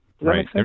Right